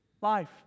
life